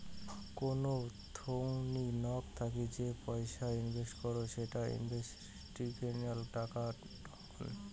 কোন থোংনি নক থাকি যেই পয়সা ইনভেস্ট করং সেটা ইনস্টিটিউশনাল টাকা টঙ্নি